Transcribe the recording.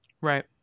Right